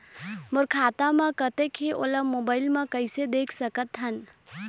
मोर खाता म कतेक हे ओला मोबाइल म कइसे देख सकत हन?